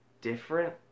different